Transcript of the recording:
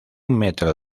metro